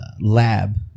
lab